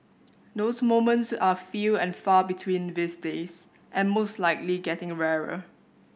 those moments are few and far between these days and most likely getting rarer